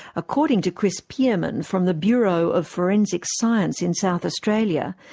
according to chris pearman from the bureau of forensic science in south australia,